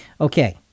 Okay